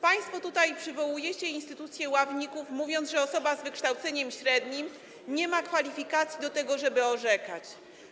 Państwo przywołujecie tutaj instytucję ławników, mówiąc, że osoba z wykształceniem średnim nie ma kwalifikacji do tego, żeby orzekać.